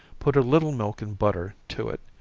put a little milk and butter to it,